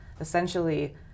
essentially